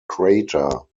crater